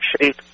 shape